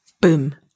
Boom